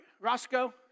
Roscoe